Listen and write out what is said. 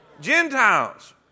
Gentiles